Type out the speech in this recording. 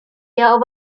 their